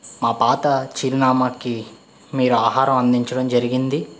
మా పాత చిరునామాకి మీరు ఆహారం అందించడం జరిగింది